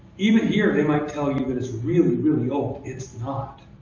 even here, they might tell you that it's really, really old. it's not.